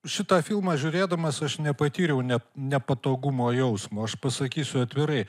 šitą filmą žiūrėdamas aš nepatyriau ne nepatogumo jausmo pasakysiu atvirai